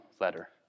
letter